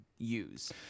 use